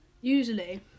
Usually